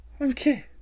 okay